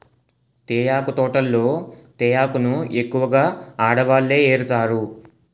తేయాకు తోటల్లో తేయాకును ఎక్కువగా ఆడవాళ్ళే ఏరుతారు